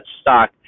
stock